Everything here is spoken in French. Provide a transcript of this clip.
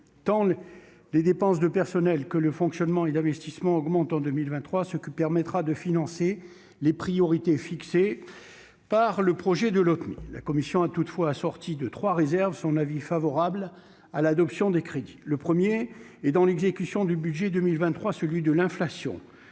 Tant les dépenses de personnel que de fonctionnement et d'investissement augmentent en 2023, ce qui permettra de financer les priorités fixées par le projet de Lopmi. La commission a toutefois assorti de trois réserves son avis favorable sur l'adoption des crédits. La première concerne la prise en compte de l'inflation